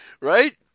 right